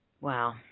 Wow